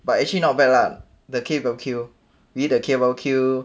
but actually not bad lah the K barbecue we eat the K barbecue